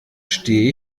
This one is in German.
stehe